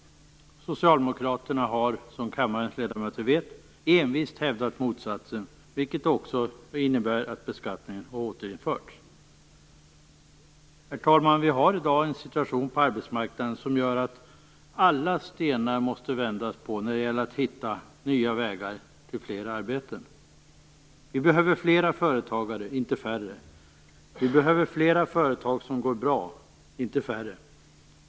Socialdemokraterna har, som kammarens ledamöter vet, envist hävdat motsatsen, vilket inneburit att beskattningen har återinförts. Situationen på arbetsmarknaden är i dag sådan att alla stenar måste vändas på när det gäller att hitta nya vägar till fler arbeten. Vi behöver fler företagare, inte färre. Vi behöver fler företag som går bra, inte färre.